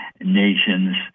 nations